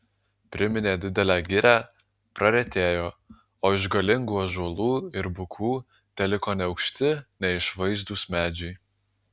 priminė didelę girią praretėjo o iš galingų ąžuolų ir bukų teliko neaukšti neišvaizdūs medžiai